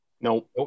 no